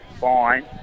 fine